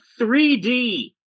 3D